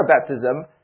baptism